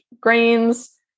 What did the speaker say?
grains